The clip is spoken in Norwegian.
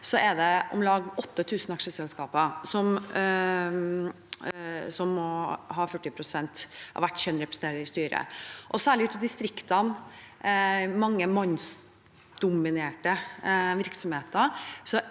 er det om lag 8 000 aksjeselskaper som må ha 40 pst. av hvert kjønn representert i styret. Særlig ute i distriktene, i mange mannsdominerte virksomheter,